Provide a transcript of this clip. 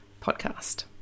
podcast